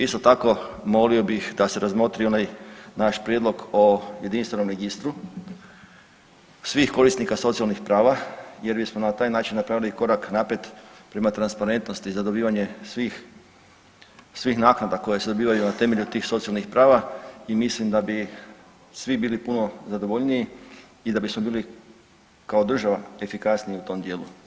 Isto tako, molio bih da se razmotri onaj naš prijedlog o jedinstvenom registru svih korisnika socijalnih prava jer bismo na taj način napravili korak naprijed prema transparentnosti za dobivanje svih naknada koje se dobivaju na temelju tih socijalnih prava i mislim da bi svi bili puno zadovoljniji i da bismo bili kao država efikasniji u tom dijelu.